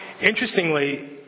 Interestingly